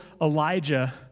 Elijah